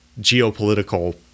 geopolitical –